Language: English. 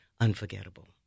unforgettable